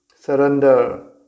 surrender